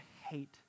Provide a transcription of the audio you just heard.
hate